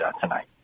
tonight